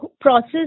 process